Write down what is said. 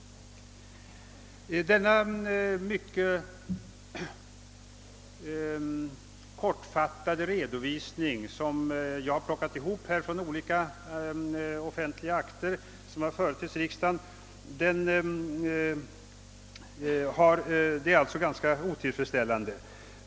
Denna mycket kortfattade redovisning, som jag har plockat ihop från olika offentliga akter, vilka dock inte alla är bekanta för riksdagen, visar att läget är ganska otillfredsställande.